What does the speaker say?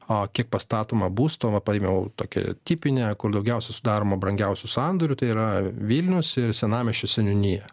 o kiek pastatoma būstova paėmiau tokią tipinę kur daugiausiai sudaroma brangiausių sandorių tai yra vilnius senamiesčio seniūniją